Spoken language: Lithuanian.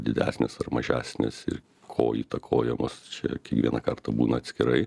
didesnės ar mažesnės ir ko įtakojamos čia kiekvieną kartą būna atskirai